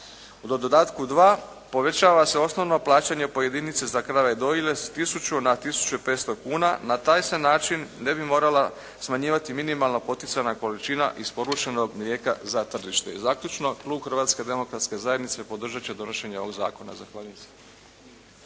U dodatku dva povećava se osnovno plaćanje po jedinici za krave dojilje s 1000 na 1500 kuna na taj se način ne bi morala smanjivati minimalna poticajna količina isporučenog mlijeka za tržište. I zaključno, Klub Hrvatske demokratske zajednice podržati će donošenje ovoga zakona. Zahvaljujem se.